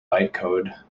bytecode